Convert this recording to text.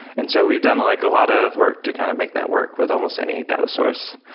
and so we've done like a lot of work to kind of make that work with almost any data source,